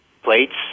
Plates